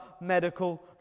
medical